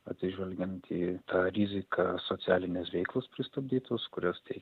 atsižvelgiant į tą riziką socialinės veiklos pristabdytos kurios tai